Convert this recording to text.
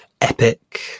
Epic